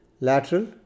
lateral